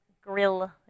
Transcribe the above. Grill